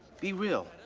be real.